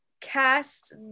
cast